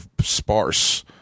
sparse